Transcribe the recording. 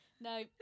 No